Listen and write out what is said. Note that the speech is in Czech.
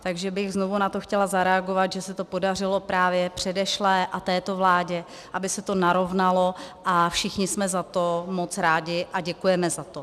Takže bych na to znovu chtěla zareagovat, že se to podařilo právě předešlé a této vládě, aby se to narovnalo, a všichni jsme za to moc rádi a děkujeme za to.